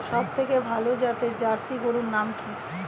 সবথেকে ভালো জাতের জার্সি গরুর নাম কি?